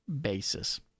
basis